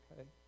Okay